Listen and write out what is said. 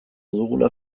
dugula